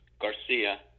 Garcia